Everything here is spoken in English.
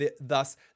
thus